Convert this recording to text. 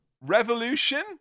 revolution